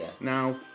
Now